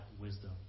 wisdom